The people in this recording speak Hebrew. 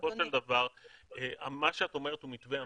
בסופו של דבר, מה שאת אומרת הוא מתווה אמתי,